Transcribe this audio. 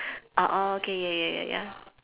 uh oh okay ya ya ya ya